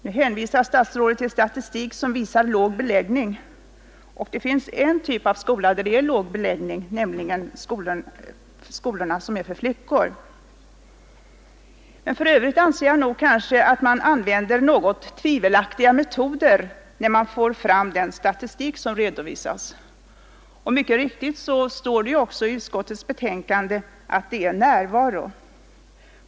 Statsrådet hänvisar till statistik som visar låg beläggning och det finns en typ av skola där det är låg beläggning, nämligen skolorna för flickor. Men för övrigt anser jag att man nog använder något tvivelaktiga metoder vid utarbetandet av den statistik som redovisas. Mycket riktigt står det i utskottets betänkande att det är närvaro det gäller.